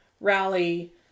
rally